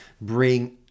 bring